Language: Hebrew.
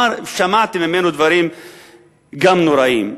שמעתי ממנו דברים גם נוראיים,